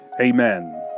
Amen